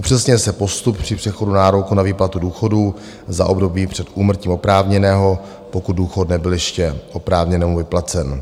Upřesňuje se postup při přechodu nároku na výplatu důchodů za období před úmrtím oprávněného, pokud důchod nebyl ještě oprávněnému vyplacen.